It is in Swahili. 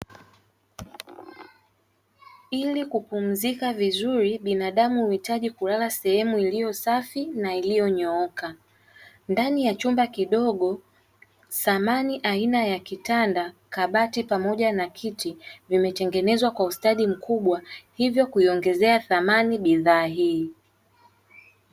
Ili kupumzika vizuri binadamu huitaji kulala sehemu iliyosafi na iliyonyooka, ndani ya chumba kidogo samani aina ya kitanda, kabati pamoja na kiti vimetengenezwa kwa ustadi mkubwa hivyo kuviongezea thamani bidhaa hizo.